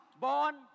Born